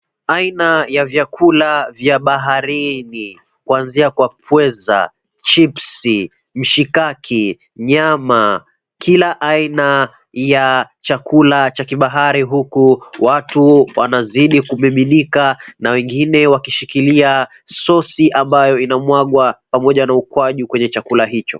Aina ya vyakula vya baharini. Kuanzia kwa pweza, chipsi, mishikaki, nyama, kila aina ya chakula cha kibahari. Huku watu wanazidi kumiminika na wengine wakishikilia sosi ambayo inamwagwa pamoja na ukwaju kwenye chakula hicho.